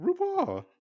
RuPaul